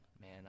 man